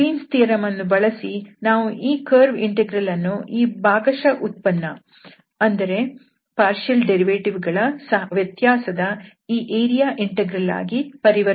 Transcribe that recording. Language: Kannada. ಗ್ರೀನ್ಸ್ ಥಿಯರಂ Green's theorem ಅನ್ನು ಬಳಸಿ ನಾವು ಈ ಕರ್ವ್ ಇಂಟೆಗ್ರಲ್ ಅನ್ನು ಈ ಭಾಗಶಃ ವ್ಯುತ್ಪನ್ನ ಗಳ ವ್ಯತ್ಯಾಸದ ಈ ಏರಿಯಾ ಇಂಟೆಗ್ರಲ್ ಆಗಿ ಪರಿವರ್ತಿಸಬಹುದು